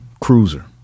cruiser